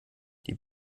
die